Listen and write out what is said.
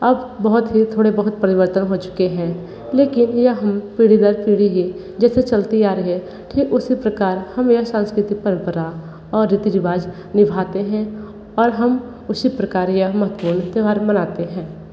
अब बहुत ही थोड़े बहुत परिवर्तन हो चुके हैं लेकिन यहाँ पीढ़ी दर पीढ़ी ही जैसे चलती आ रही है ठीक उसी प्रकार हम यह सांस्कृतिक परम्परा और रीति रिवाज निभाते हैं और हम उसी प्रकार यह महत्वपूर्ण त्यौहार मनाते हैं